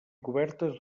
cobertes